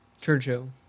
Churchill